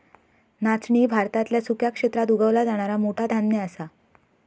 नाचणी भारतातल्या सुक्या क्षेत्रात उगवला जाणारा मोठा धान्य असा